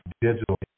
digital